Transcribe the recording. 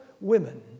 women